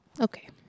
Okay